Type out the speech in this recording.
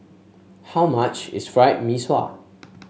how much is Fried Mee Sua